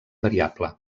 variable